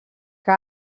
que